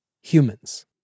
humans